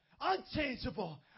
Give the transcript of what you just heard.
unchangeable